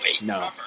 no